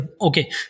okay